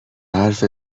حرفت